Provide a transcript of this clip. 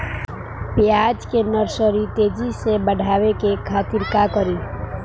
प्याज के नर्सरी तेजी से बढ़ावे के खातिर का करी?